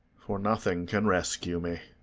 for nothing can rescue me.